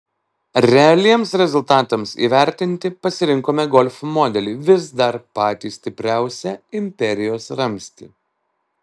realiems rezultatams įvertinti pasirinkome golf modelį vis dar patį stipriausią imperijos ramstį